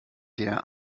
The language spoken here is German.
der